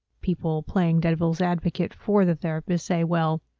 people playing devil's advocate for the therapist say well,